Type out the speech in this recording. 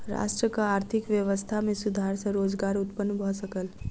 राष्ट्रक आर्थिक व्यवस्था में सुधार सॅ रोजगार उत्पन्न भ सकल